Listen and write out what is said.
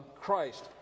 Christ